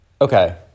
okay